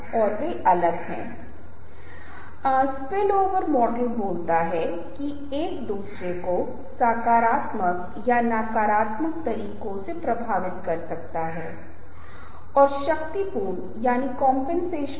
रवैये मजबूत या कमजोर हो सकते हैं इसलिए कुछ भी जिसे हम इस बात के लिए महत्वपूर्ण मानते हैं कि हमारा रवैया मजबूत हो सकता है जबकि जिन चीजों को हम महत्वपूर्ण नहीं मानते हैं उनका रवैया कमजोर होगा